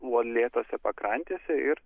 uolėtose pakrantėse ir